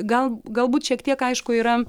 gal galbūt šiek tiek aišku yra